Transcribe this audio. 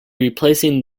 replacing